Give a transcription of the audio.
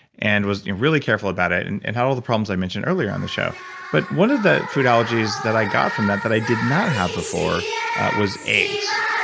and was really careful about and and have all the problems i mentioned early on the show but one of the food allergies that i got from that, that i did not have before was eggs.